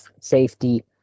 safety